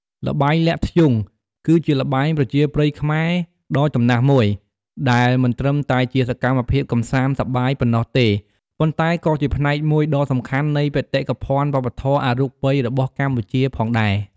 ល្បែងលាក់ធ្យូង គឺជាល្បែងប្រជាប្រិយខ្មែរដ៏ចំណាស់មួយ ដែលមិនត្រឹមតែជាសកម្មភាពកម្សាន្តសប្បាយប៉ុណ្ណោះទេ ប៉ុន្តែក៏ជាផ្នែកមួយដ៏សំខាន់នៃ បេតិកភណ្ឌវប្បធម៌អរូបី របស់កម្ពុជាផងដែរ។